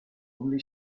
only